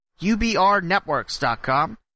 ubrnetworks.com